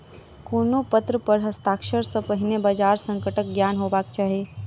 कोनो पत्र पर हस्ताक्षर सॅ पहिने बजार संकटक ज्ञान हेबाक चाही